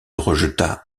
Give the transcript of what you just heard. rejeta